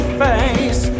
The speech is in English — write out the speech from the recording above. face